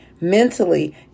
mentally